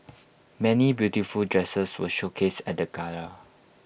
many beautiful dresses were showcased at the gala